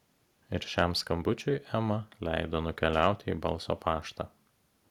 ir šiam skambučiui ema leido nukeliauti į balso paštą